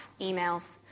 emails